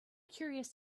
curious